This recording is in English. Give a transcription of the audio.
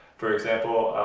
for example,